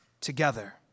together